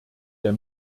der